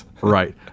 right